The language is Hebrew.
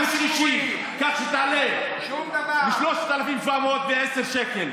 לקשישים כך שתעלה מ-3,710 שקלים.